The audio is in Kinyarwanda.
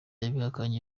yabihakanye